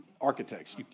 Architects